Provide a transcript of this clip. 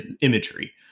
imagery